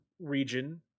region